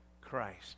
Christ